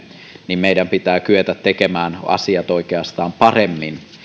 niin meidän pitää kyetä tekemään asiat oikeastaan paremmin